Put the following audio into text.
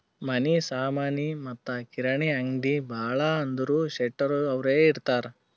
ಮನಿ ಸಾಮನಿ ಮತ್ತ ಕಿರಾಣಿ ಅಂಗ್ಡಿ ಭಾಳ ಅಂದುರ್ ಶೆಟ್ಟರ್ ಅವ್ರೆ ಇಡ್ತಾರ್